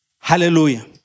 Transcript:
Hallelujah